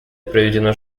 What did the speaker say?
проведено